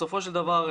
בסופו של דבר,